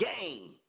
game